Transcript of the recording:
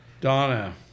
Donna